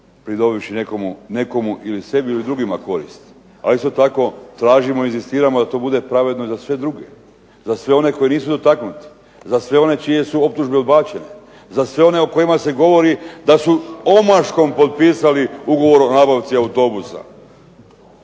Pridobivši nekome ili sebi ili drugim koristi. Ali isto tako tražimo, inzistiramo da to bude pravedno i za sve druge. Za sve one koji nisu dotaknuti, za sve one čije su optužbe odbačene. Za sve one o kojima se govori da su omaškom potpisali Ugovor o nabavci autobusa.